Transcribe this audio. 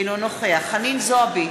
אינו נוכח חנין זועבי,